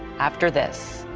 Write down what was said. after this.